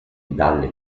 dalle